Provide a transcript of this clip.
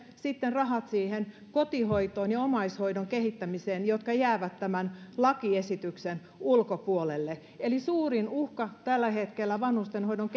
sitten rahat siihen kotihoitoon ja omaishoidon kehittämiseen jotka jäävät tämän lakiesityksen ulkopuolelle eli suurin uhka tällä hetkellä vanhustenhoidon